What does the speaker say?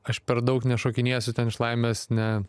aš per daug nešokinėsiu ten iš laimės ne